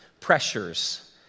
pressures